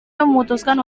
memutuskan